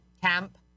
Camp